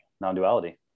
non-duality